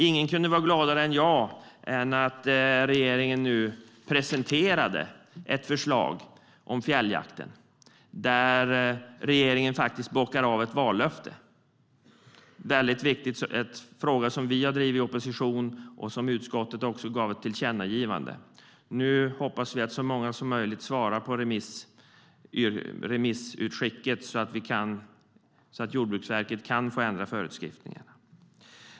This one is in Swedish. Ingen kunde vara gladare än jag när regeringen nu presenterade ett förslag om fjälljakten. I och med detta bockar regeringen av ett vallöfte. Det är en fråga som vi har drivit i opposition och som utskottet också gett ett tillkännagivande om. Nu hoppas vi att så många som möjligt svarar på remissen, så att Jordbruksverket kan få ändra föreskrifterna.